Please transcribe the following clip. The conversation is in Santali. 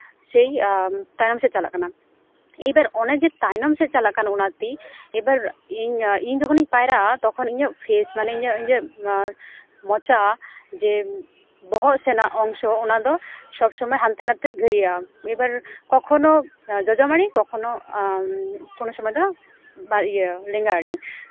ᱥᱮᱭ ᱛᱟᱭᱚᱢ ᱥᱮᱫ ᱪᱟᱞᱟᱜ ᱠᱟᱱᱟ ᱮᱭᱵᱟᱨ ᱚᱱᱮ ᱡᱮ ᱛᱟᱭᱱᱚᱢ ᱥᱮᱫ ᱪᱟᱞᱟᱜ ᱠᱟᱱᱟ ᱚᱱᱟ ᱛᱤ ᱮᱭᱵᱟᱨ ᱤᱧ ᱡᱚᱠᱷᱚᱱ ᱤᱧ ᱯᱟᱭᱨᱟᱜᱼᱟ ᱛᱚᱠᱷᱚᱱ ᱤᱧᱟᱹᱜ ᱯᱷᱮᱥ ᱢᱟᱱᱮ ᱤᱧᱟᱹᱜ ᱤᱧᱟᱹᱜ ᱢᱚᱪᱟ ᱡᱮ ᱵᱚᱦᱚᱜ ᱥᱮᱱᱟᱜ ᱚᱝᱥᱚ ᱚᱱᱟᱫᱚ ᱥᱚᱵ ᱥᱚᱢᱚᱭ ᱦᱟᱱᱛᱮ ᱱᱟᱛᱮ ᱜᱷᱟᱹᱨᱭᱟᱹᱜᱼᱟ ᱮᱵᱟᱨ ᱠᱚᱠᱷᱚᱱᱚ ᱡᱚᱡᱚᱢᱟᱲᱮ ᱠᱚᱠᱷᱚᱱᱳ ᱠᱳᱱᱳ ᱥᱚᱢᱚᱭ ᱫᱚ ᱞᱮᱸᱜᱟ ᱟᱲᱮ